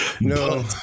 No